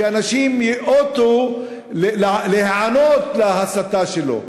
שאנשים ייאותו להיענות להסתה שלו.